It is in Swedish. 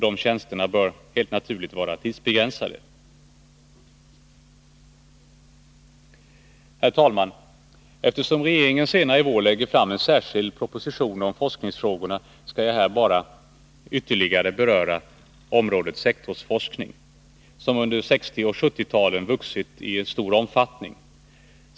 De tjänsterna bör helt naturligt vara tidsbegränsade. Herr talman! Eftersom regeringen senare i vår lägger fram en särskild proposition om forskningsfrågorna, skall jag här bara ytterligare beröra området sektorsforskning, som under 1960 och 1970-talen har vuxit mycket i omfattning.